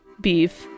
beef